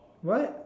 what